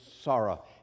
sorrow